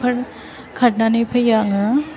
फोर खारनानै फैयो आङो